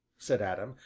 said adam,